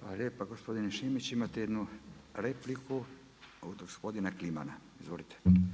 Hvala lijepa gospodine Šimić. Imate 1 repliku od gospodina Klimana. Izvolite. **Kliman, Anton